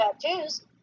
tattoos